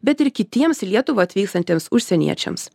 bet ir kitiems į lietuvą atvykstantiems užsieniečiams